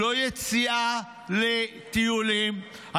לא יציאה לטיולים.